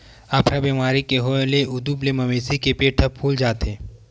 अफरा बेमारी के होए ले उदूप ले मवेशी के पेट ह फूल जाथे